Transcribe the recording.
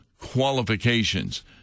qualifications